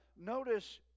notice